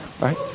Right